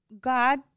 God